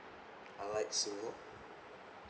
I like silver